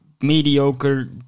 mediocre